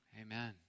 Amen